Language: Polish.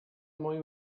moim